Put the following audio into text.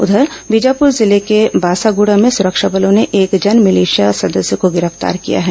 उधर बीजापुर जिले के बासागुड़ा में सुरक्षा बलों ने एक जनभिलिशिया सदस्य को गिरफ्तार किया है